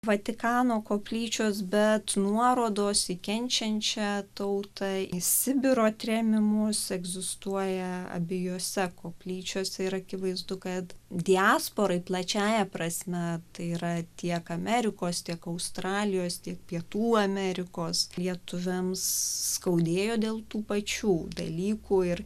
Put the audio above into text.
vatikano koplyčios bet nuorodos į kenčiančią tautą į sibiro trėmimus egzistuoja abiejose koplyčiose ir akivaizdu kad diasporai plačiąja prasme tai yra tiek amerikos tiek australijos tiek pietų amerikos lietuviams skaudėjo dėl tų pačių dalykų ir